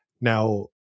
Now